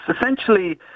essentially